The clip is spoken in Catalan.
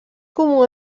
comú